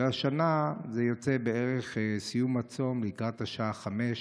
והשנה סיום הצום יוצא בערך לקראת השעה 17:00,